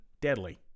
deadly